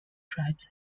tribes